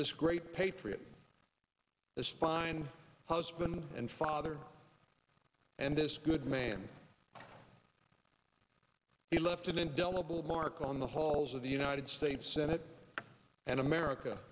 this great patriot this fine husband and father and this good man he left an indelible mark on the halls of the united states senate and america